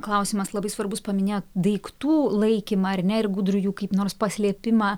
klausimas labai svarbus paminėjot daiktų laikymą ar ne ir gudrų jų kaip nors paslėpimą